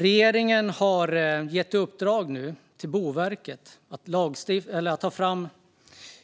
Regeringen har gett i uppdrag åt Boverket att ta fram